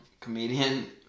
comedian